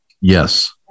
Yes